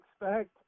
expect